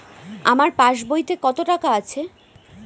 আমার পাস বইতে কত টাকা আছে?